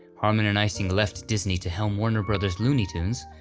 harman and ising left disney to helm warner bros looney tunes,